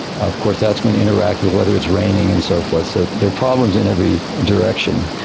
of course that's going to interact with whether it's raining and so forth, so there are problems in every direction.